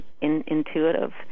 intuitive